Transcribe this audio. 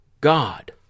God